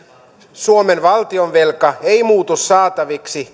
suomen valtionvelka ei muutu saataviksi